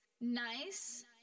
Nice